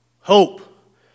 Hope